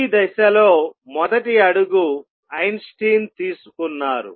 ఈ దిశలో మొదటి అడుగు ఐన్స్టీన్ తీసుకున్నారు